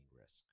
risk